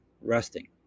resting